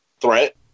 threat